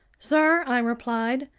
sir, i replied,